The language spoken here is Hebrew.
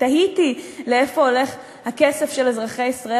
תהיתי לאיפה הולך הכסף של אזרחי ישראל,